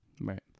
Right